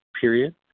period